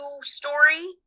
story